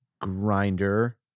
Grinder